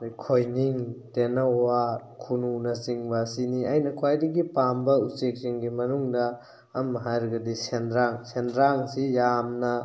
ꯈꯣꯏꯅꯤꯡ ꯇꯩꯅꯋꯥ ꯈꯨꯅꯨꯅꯆꯤꯡꯕ ꯑꯁꯤꯅꯤ ꯑꯩꯅ ꯈ꯭ꯋꯥꯏꯗꯒꯤ ꯄꯥꯝꯕ ꯎꯆꯦꯛꯁꯤꯡꯒꯤ ꯃꯅꯨꯡꯗ ꯑꯃ ꯍꯥꯏꯔꯒꯗꯤ ꯁꯦꯟꯗ꯭ꯔꯥꯡ ꯁꯦꯟꯗ꯭ꯔꯥꯡꯁꯤ ꯌꯥꯝꯅ